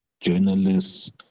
journalists